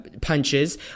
punches